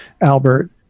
Albert